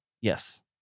Yes